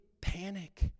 panic